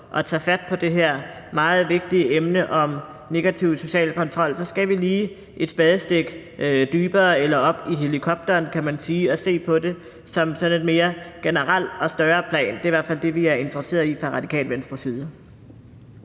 at tage fat på det her meget vigtige emne om negativ social kontrol, er, at vi lige skal et spadestik dybere eller op i helikopteren, kan man sige, og se på det på et mere generelt og større plan. Det er i hvert fald det, vi er interesseret i fra Radikale Venstres side.